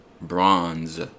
bronze